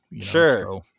Sure